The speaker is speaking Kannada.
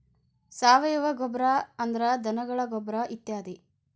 ಸಾವಯುವ ಗೊಬ್ಬರಾ ಅಂದ್ರ ಧನಗಳ ಗೊಬ್ಬರಾ ಇತ್ಯಾದಿ